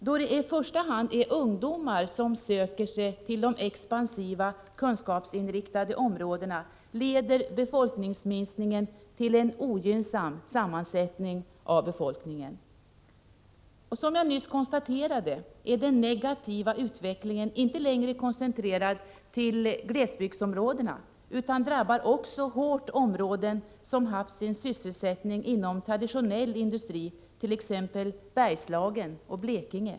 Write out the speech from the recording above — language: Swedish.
Då det i första hand är ungdomar som söker sig till de expansiva, kunskapsinriktade områdena leder befolkningsminskningen till en ogynnsam sammansättning av befolkningen. Som jag nyss konstaterade är den negativa utvecklingen inte längre koncentrerad till glesbygdsområdena utan drabbar också hårt områden som haft sin sysselsättning inom traditionell industri, t.ex. Bergslagen och Blekinge.